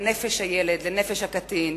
לנפש הילד, לנפש הקטין.